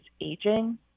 aging